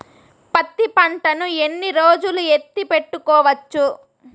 పత్తి పంటను ఎన్ని రోజులు ఎత్తి పెట్టుకోవచ్చు?